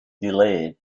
delayed